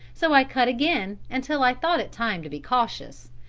so i cut again until i thought it time to be cautious,